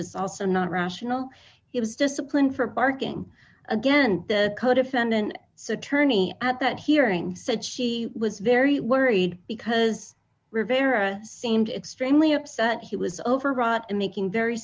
is also not rational he was disciplined for parking again the codefendant so attorney at that hearing said she was very worried because rivera seemed extremely upset he was overwrought and making very